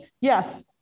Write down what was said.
Yes